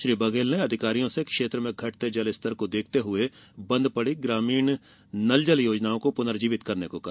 श्री बघेल ने अधिकारियों से क्षेत्र में घटते जल स्तर को देखते हुए बन्द पड़े ग्रामीण नल जल योजनाओं को पुनर्जीवित करने को कहा